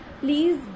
please